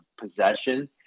possession